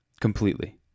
Completely